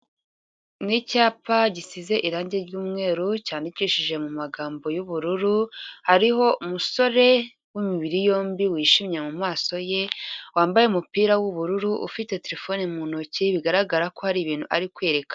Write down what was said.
Ni icyapa gisize irangi ry'umweru, cyandikishije mu magambo y'ubururu, hariho umusore w'imibiri yombi wishimye mu maso ye, wambaye umupira w'ubururu ufite terefone mu ntoki bigaragara ko hari ibintu ari kwerekana.